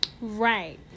Right